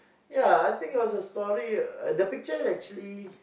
ya I think it was a story uh the picture actually